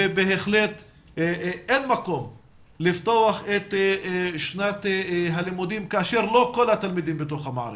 בהחלט אין מקום לפתוח את שנת הלימודים כאשר לא כל התלמידים בתוך המערכת.